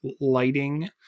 lighting